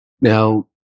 Now